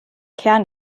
kern